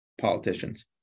politicians